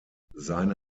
seine